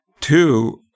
two